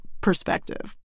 perspective